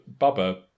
Bubba